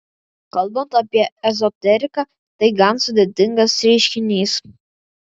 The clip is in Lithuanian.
kalbant apie ezoteriką tai gan sudėtingas reiškinys